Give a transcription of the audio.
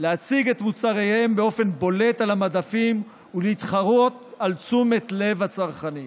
להציג את מוצריהם באופן בולט על המדפים ולהתחרות על תשומת לב הצרכנים.